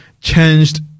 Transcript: changed